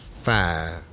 five